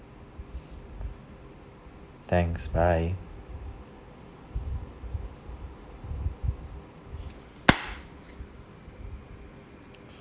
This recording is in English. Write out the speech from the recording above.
thanks bye